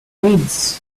reads